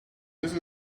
this